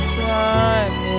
time